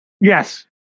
Yes